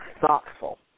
thoughtful